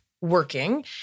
working